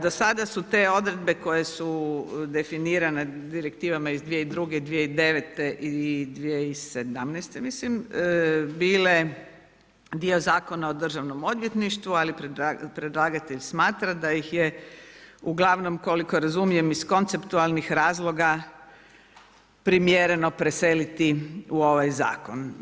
Do sada su te odredbe, koje su definirane direktivama iz 2002., 2009. i 2017. mislim bile dio Zakona o Državnom odvjetništvu ali predlagatelj smatra da ih je ugl. koliko razumijem iz konceptualnih razloga primijenjeno preseliti u ovaj zakon.